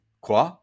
quoi